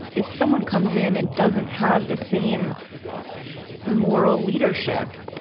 if someone comes in and doesn't have the same moral leadership.